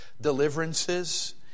deliverances